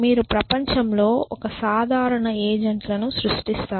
మీరు ప్రపంచంలో ఒక సాధారణ ఏజెంట్లను సృష్టిస్తారు